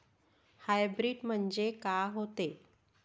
Hybrid म्हनजे का होते?